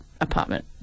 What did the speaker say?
apartment